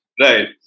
Right